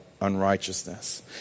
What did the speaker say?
unrighteousness